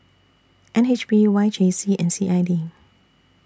N H B Y J C and C I D